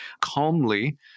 calmly